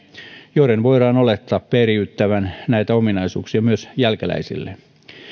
joiden voidaan olettaa periyttävän näitä ominaisuuksia myös jälkeläisilleen